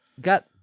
got